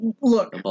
Look